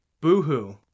boohoo